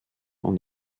und